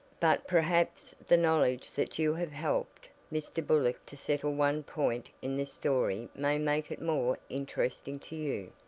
but perhaps the knowledge that you have helped mr. burlock to settle one point in this story may make it more interesting to you.